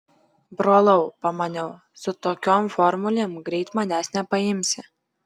brolau pamaniau su tokiom formulėm greit manęs nepaimsi